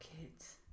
kids